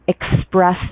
express